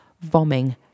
vomiting